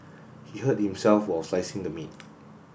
he hurt himself while slicing the meat